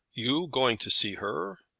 you going to see her?